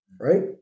right